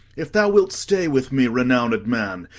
if thou wilt stay with me, renowmed man,